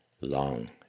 long